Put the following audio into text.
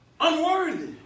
unworthy